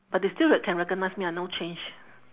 but they still rec~ can recognise me I no change